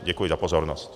Děkuji za pozornost.